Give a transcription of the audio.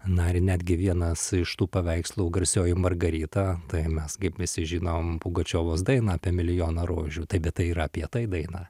na ir netgi vienas iš tų paveikslų garsioji margarita tai mes kaip visi žinom pugačiovos dainą apie milijoną rožių tai bet tai yra apie tai daina